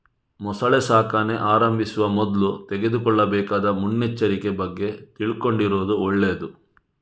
ಮೊಸಳೆ ಸಾಕಣೆ ಆರಂಭಿಸುವ ಮೊದ್ಲು ತೆಗೆದುಕೊಳ್ಳಬೇಕಾದ ಮುನ್ನೆಚ್ಚರಿಕೆ ಬಗ್ಗೆ ತಿಳ್ಕೊಂಡಿರುದು ಒಳ್ಳೇದು